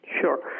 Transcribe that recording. Sure